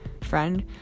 friend